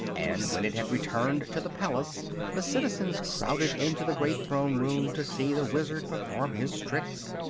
and when it had returned to the palace the citizens crowded into the great throne room to see the wizard perform his tricks.